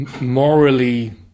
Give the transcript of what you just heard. morally